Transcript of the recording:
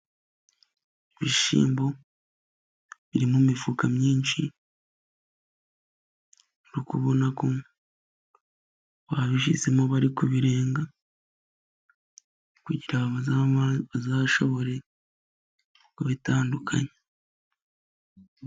Ibishyimbo biri mu mifuka myinshi, uri kubona ko babishyizemo, bari kubirenga kugira ngo bazashobore kubitandukanya.